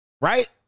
right